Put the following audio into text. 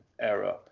era